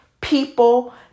people